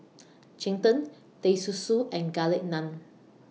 Cheng Tng Teh Susu and Garlic Naan